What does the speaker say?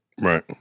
Right